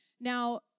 Now